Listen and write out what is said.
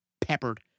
peppered